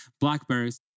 blackberries